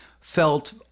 felt